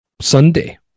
Sunday